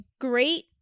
great